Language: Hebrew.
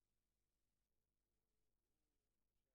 מדובר במספרים